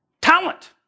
talent